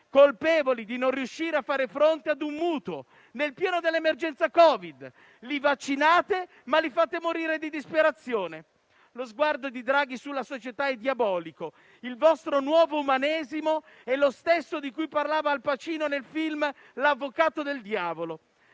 colpevoli di non riuscire a far fronte a un mutuo, nel pieno dell'emergenza Covid. Li vaccinate, ma li fate morire di disperazione. Lo sguardo di Draghi sulla società è diabolico. Il vostro nuovo umanesimo è lo stesso di cui parlava Al Pacino nel film «L'avvocato del diavolo».